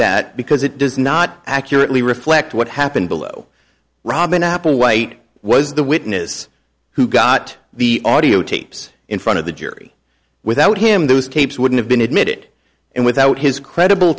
that because it does not accurately reflect what happened below robin applewhite was the witness who got the audiotapes in front of the jury without him those tapes wouldn't have been admitted and without his credible